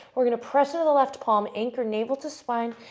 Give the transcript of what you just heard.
we're going to press in the left palm, anchor navel to spine,